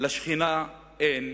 מים לשכנה אין.